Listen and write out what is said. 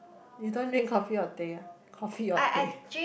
you don't drink coffee or teh ah coffee or teh